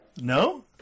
No